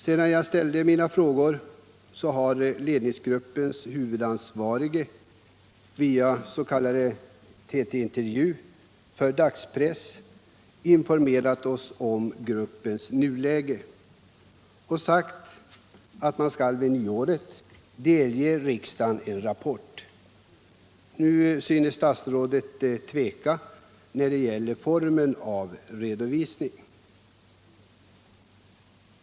Sedan jag framställde min interpellation har ledningsgruppens huvudansvarige vid en s.k. TT-intervju för dagspressen informerat oss om nuläget när det gäller gruppens arbete och meddelat att man vid nyåret skall lämna riksdagen en rapport. Nu tycks emellertid statsrådet tveka beträffande formen för redovisning.